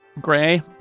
Gray